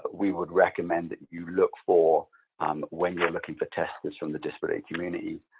ah we would recommend that you look for um when you're looking for testers from the disability community.